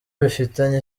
bifitanye